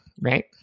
right